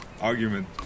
argument